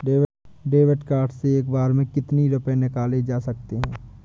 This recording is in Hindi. डेविड कार्ड से एक बार में कितनी रूपए निकाले जा सकता है?